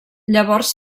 llavors